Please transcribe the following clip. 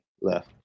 left